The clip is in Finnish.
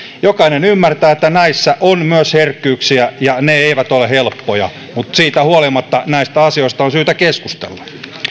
jokainen ymmärtää että näissä on myös herkkyyksiä ja ne eivät ole helppoja mutta siitä huolimatta näistä asioista on syytä keskustella